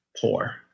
poor